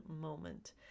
moment